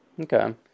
Okay